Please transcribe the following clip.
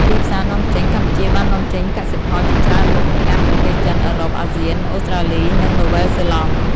ទីផ្សារនាំចេញ កម្ពុជាបាននាំចេញកសិផលជាច្រើនមុខទៅកាន់ប្រទេសចិន អឺរ៉ុប អាស៊ាន អូស្ត្រាលី និងនូវែលសេឡង់។